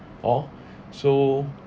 oh so